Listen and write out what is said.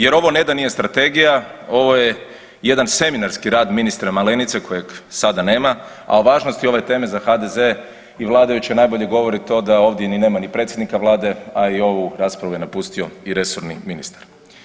Jer ovo ne da nije strategija ovo je jedan seminarski rad ministra Malenice kojeg sada nema, a o važnosti ove teme za HDZ i vladajuće najbolje govori to da ovdje ni nema ni predsjednika Vlade, a i ovu raspravu je napustio i resorni ministar.